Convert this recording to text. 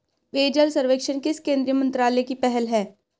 पेयजल सर्वेक्षण किस केंद्रीय मंत्रालय की पहल है?